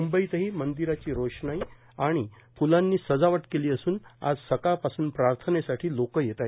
म्ंबईतही मंदिरांची रोषणाई आणि फ्लांनी सजावट केली असून आज सकाळपासून प्रार्थनेसाठी लोक येत आहेत